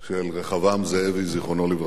של רחבעם זאבי, זיכרונו לברכה,